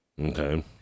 Okay